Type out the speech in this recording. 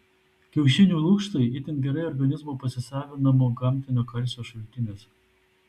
kiaušinių lukštai itin gerai organizmo pasisavinamo gamtinio kalcio šaltinis